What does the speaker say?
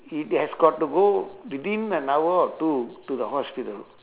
he has got to go within an hour or two to the hospital